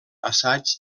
assaig